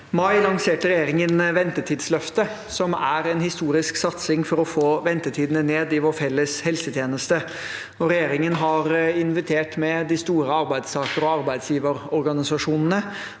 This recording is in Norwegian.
mai lanserte regjeringen ventetidsløftet, som er en historisk satsing for å få ned ventetidene i vår felles helsetjeneste. Regjeringen har invitert med de store arbeidstaker- og arbeidsgiverorganisasjonene